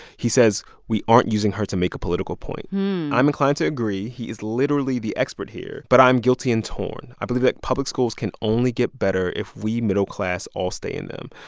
he says, we aren't using her to make a political point i'm inclined to agree. he is literally the expert here. but i'm guilty and torn. i believe that public schools can only get better if we middle class all stay in them.